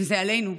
וזה עלינו.